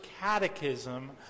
catechism